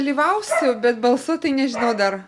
dalyvausiu bet balso tai nežinau dar